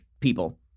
people